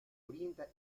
orienta